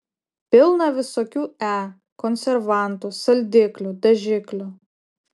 pilna visokių e konservantų saldiklių dažiklių